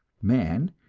man,